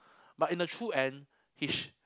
but in the true end he sh~